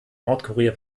nordkorea